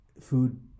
food